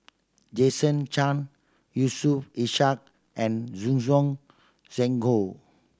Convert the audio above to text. Jason Chan Yusof Ishak and Zhuang Shengtao